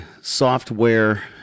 software